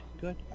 good